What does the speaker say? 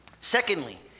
Secondly